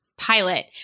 pilot